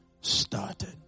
started